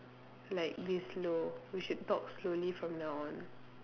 like this slow we should talk slowly from now on